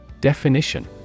Definition